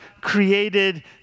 created